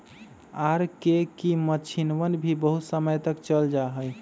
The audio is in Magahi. आर.के की मक्षिणवन भी बहुत समय तक चल जाहई